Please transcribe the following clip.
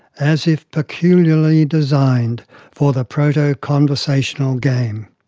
as if peculiarly designed for the proto-conversational game.